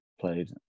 played